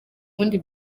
ubundi